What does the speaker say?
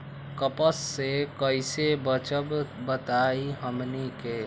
कपस से कईसे बचब बताई हमनी के?